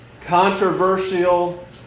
controversial